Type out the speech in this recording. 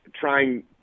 trying